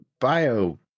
bio